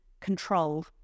control